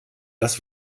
das